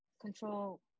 control